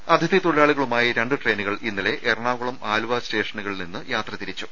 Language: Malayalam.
രേര അതിഥി തൊളിലാളികളുമായി രണ്ട് ട്രെയിനുകൾ ഇന്നലെ എറണാകുളം ആലുവ സ്റ്റേഷനുകളിൽ നിന്ന് യാത്ര തിരിച്ചു